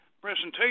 presentation